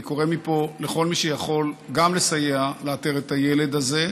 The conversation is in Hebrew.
אני קורא מפה לכל מי שיכול גם לסייע לאתר את הילד הזה,